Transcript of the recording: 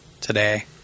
today